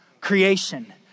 creation